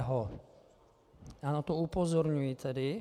Já na to upozorňuji tedy.